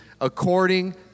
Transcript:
according